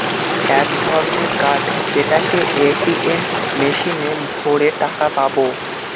এক ধরনের কার্ড যেটাকে এ.টি.এম মেশিনে ভোরে টাকা পাবো